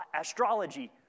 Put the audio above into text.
astrology